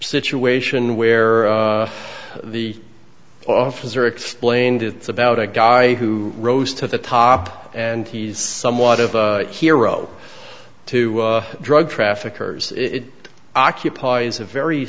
situation where the officer explained it's about a guy who rose to the top and he's somewhat of a hero to drug traffickers it occupies a very